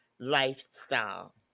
lifestyle